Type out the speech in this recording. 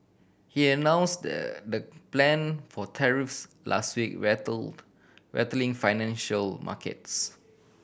he announced the plan for tariffs last week rattled rattling financial markets